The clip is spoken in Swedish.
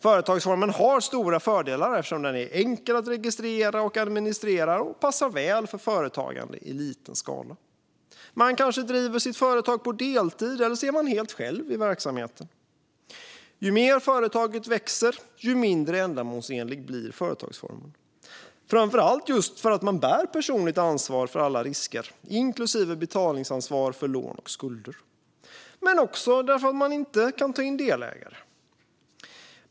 Företagsformen har stora fördelar eftersom den är enkel att registrera och administrera och passar väl för företagande i liten skala. Man kanske driver sitt företag på deltid eller är helt själv i verksamheten. Men ju mer företaget växer, desto mindre ändamålsenlig är företagsformen, framför allt just för att man bär personligt ansvar för alla risker, inklusive betalningsansvar för lån och skulder men också därför att man inte kan ta in delägare.